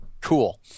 Cool